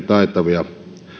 taitavia